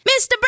Mr